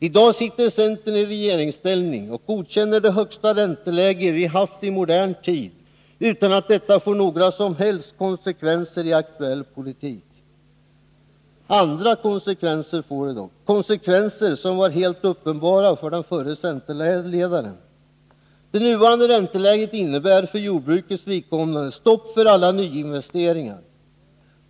I dag sitter centern i regeringsställning och godkänner det högsta ränteläge vi haft i modern tid utan att detta får några som helst konsekvenser i aktuell politik. Andra konsekvenser får det dock — konsekvenser som var helt uppenbara för den förre centerledaren. Det nuvarande ränteläget innebär för jordbrukets vidkommande stopp för alla nyinvesteringar.